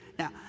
Now